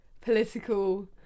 political